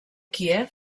kíev